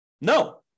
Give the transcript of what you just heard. No